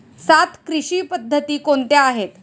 सात कृषी पद्धती कोणत्या आहेत?